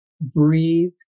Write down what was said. breathe